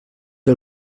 que